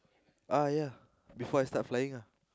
uh ya before I start flying ah